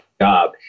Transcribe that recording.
job